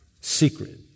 secret